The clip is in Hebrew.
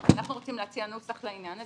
אבל אנחנו רוצים להציע נוסח לעניין הזה.